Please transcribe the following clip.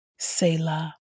Selah